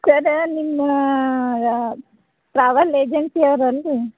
ಸರ್ರ ನಿಮ್ಮ ಟ್ರಾವಲ್ ಏಜೆನ್ಸಿಯವ್ರು ಅಲ್ವ ರೀ